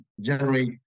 generate